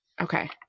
Okay